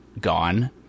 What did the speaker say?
gone